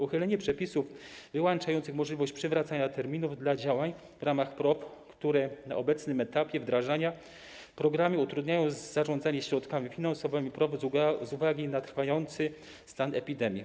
Uchylenie przepisów wyłączających możliwość przywracania terminów dla działań w ramach PROW, które na obecnym etapie wdrażania programu utrudniają zarządzanie środkami finansowymi PROW z uwagi na trwający stan epidemii.